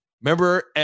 remember